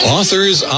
Authors